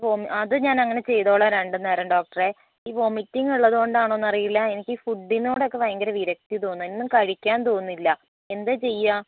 ഈ വൊമി അത് ഞാനങ്ങനെ ചെയ്തോളാം രണ്ടു നേരം ഡോക്ടറേ ഈ വൊമിറ്റിങ് ഉള്ളതുകൊണ്ടാണോ എന്നറിയില്ല എനിക്ക് ഫുഡിനോടൊക്കെ ഭയങ്കര വിരക്തി തോന്നുവാണ് ഒന്നും കഴിക്കാൻ തോന്നുന്നില്ല എന്താണ് ചെയ്യുക